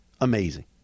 Amazing